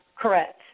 Correct